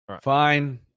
fine